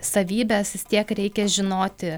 savybes vis tiek reikia žinoti